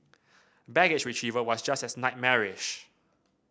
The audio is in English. baggage retrieval was just as nightmarish